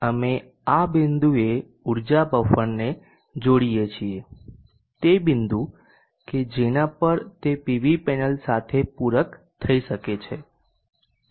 તેથી અમે આ બિંદુએ ઉર્જા બફરને જોડીએ છીએ તે બિંદુ કે જેના પર તે પીવી પેનલ સાથે પૂરક થઈ શકે છે